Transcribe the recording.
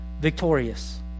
victorious